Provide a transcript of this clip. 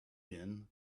din